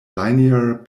linear